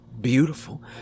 beautiful